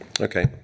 Okay